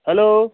hello